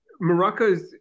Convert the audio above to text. morocco's